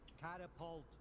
Catapult